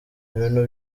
ibintu